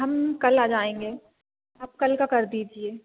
हम कल आ आप कल का कर दीजिए